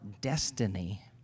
destiny